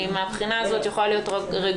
מהבחינה הזאת אני יכולה להיות רגועה,